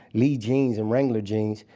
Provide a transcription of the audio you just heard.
lee jeans and wrangler jeans?